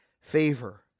favor